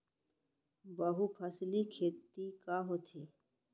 बहुफसली खेती का होथे?